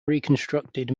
reconstructed